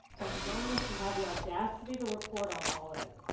and journalists who have the audacity to report on all of it.